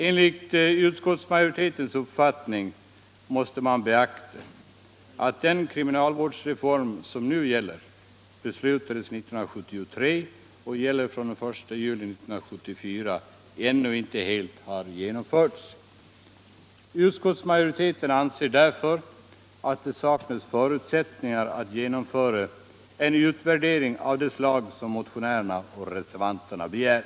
| Enligt utskottsmajoritetens uppfattning måste man beakta att den kri rninalvårdsreform som nu är i kraft beslutades 1973 och gäller från den | juli 1974 ännu inte helt har genomförts. Utskottsmajoriteten anser därför att det saknas förutsättningar att genomföra en utvärdering av det slag som motionärerna och reservanterna begär.